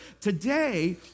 today